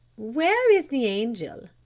where is the angel?